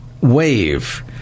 wave